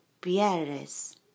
pierres